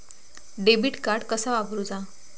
Debit card कसा वापरुचा?